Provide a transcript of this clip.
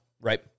Right